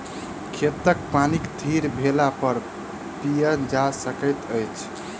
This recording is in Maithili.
खेतक पानि थीर भेलापर पीयल जा सकैत अछि